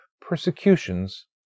persecutions